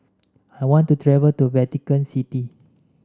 I want to travel to Vatican City